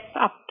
up